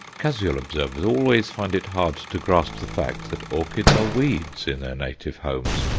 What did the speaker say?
casual observers always find it hard to grasp the fact that orchids are weeds in their native homes,